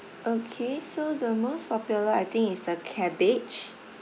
okay so the most popular I think is the cabbage